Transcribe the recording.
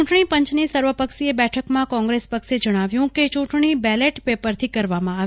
ચૂંટણી પંચની સર્વપક્ષીય બેઠકમાં કોંગ્રેસ પક્ષએ જણાવ્યું કે ચૂંટણી બેલેટ પેપરથી કરવામાં આવે